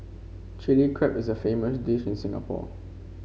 Chilli Crab is a famous dish in Singapore